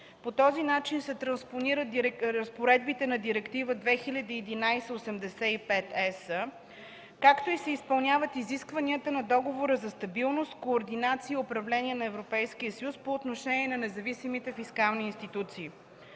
По този начин се транспонират разпоредбите на Директива 2011/85/ЕС, както и се изпълняват изискванията на Договора за стабилност, координация и управление на Европейския съюз по отношение на независимите фискални институции.